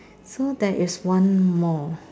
so there is one more